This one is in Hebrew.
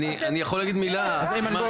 אני יכול להגיד מילה, אימאן,